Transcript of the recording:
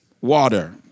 water